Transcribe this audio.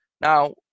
Now